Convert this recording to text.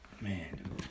Man